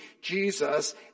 Jesus